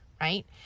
Right